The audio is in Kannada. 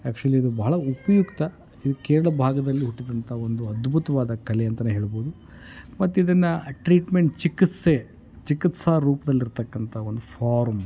ಯಾಕ್ಚುಲಿ ಇದು ಬಹಳ ಉಪಯುಕ್ತ ಇದು ಕೇರಳ ಭಾಗದಲ್ಲಿ ಹುಟ್ಟಿದಂತ ಒಂದು ಅದ್ಭುತವಾದ ಕಲೆ ಅಂತಲೇ ಹೇಳ್ಬೋದು ಮತ್ತು ಇದನ್ನು ಟ್ರೀಟ್ಮೆಂಟ್ ಚಿಕಿತ್ಸೆ ಚಿಕಿತ್ಸಾ ರೂಪದಲ್ಲಿರ್ತಕ್ಕಂತ ಒಂದು ಫಾರ್ಮ್